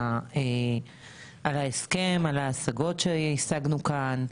על ההסכם, על ההשגות שהשגנו כאן.